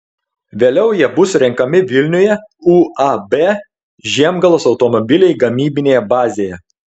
vėliau jie bus surenkami vilniuje uab žiemgalos automobiliai gamybinėje bazėje